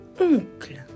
oncle